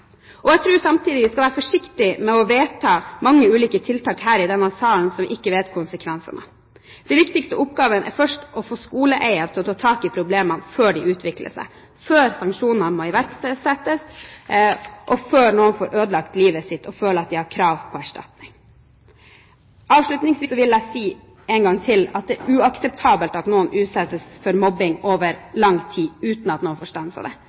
Jeg tror samtidig vi skal være forsiktige med å vedta mange ulike tiltak her i denne salen som man ikke vet konsekvensene av. Den viktigste oppgaven er først å få skoleeier til å ta tak i problemene før de utvikler seg, før sanksjoner må iverksettes, og før noen får ødelagt livene sine og føler at de har krav på erstatning. Avslutningsvis vil jeg si en gang til at det er uakseptabelt at noen utsettes for mobbing over lang tid uten at noen får stanset det.